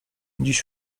dziś